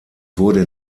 wurde